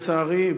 לצערי,